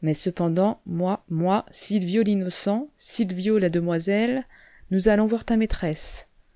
mais cependant moi moi sylvio l'innocent sylvio la demoiselle nous allons voir ta maîtresse